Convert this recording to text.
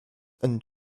and